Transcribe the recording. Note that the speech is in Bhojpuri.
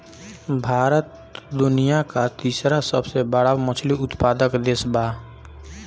भारत दुनिया का तीसरा सबसे बड़ा मछली उत्पादक देश बा